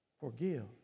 Forgive